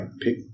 pick